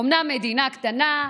אומנם מדינה קטנה,